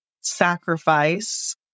sacrifice